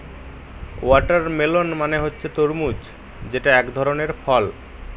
watermelon মানে হচ্ছে তরমুজ যেটা এক ধরনের ফল